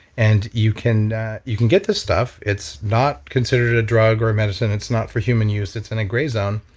and you can you can get this stuff. it's not considered a drug or a medicine, it's not for human use, it's in a gray zone.